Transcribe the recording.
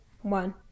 one